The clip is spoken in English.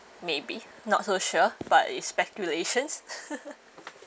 maybe not so sure but it's speculations